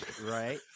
Right